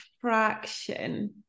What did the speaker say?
fraction